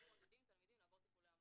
מעודדים תלמידים לעבור טיפולי המרה,